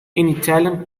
italian